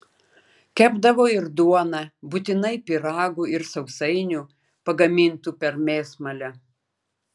kepdavo ir duoną būtinai pyragų ir sausainių pagamintų per mėsmalę